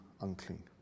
unclean